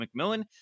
McMillan